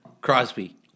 Crosby